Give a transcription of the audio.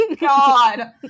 God